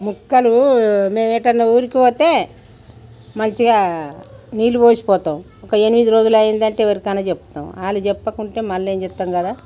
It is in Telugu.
మొక్కలు మేము ఎటన్నా ఊరికి పోతే మంచిగా నీళ్ళు పోసిపోతాం ఒక ఎనిమిది రోజులయ్యిందంటే ఎవరికైన చెప్తాం ఆళ్ళు చెప్పకుంటే మళ్ళా ఏం చేద్దాం కదా